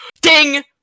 Ding